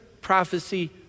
prophecy